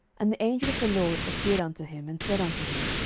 and the angel of the lord appeared unto him, and said unto him,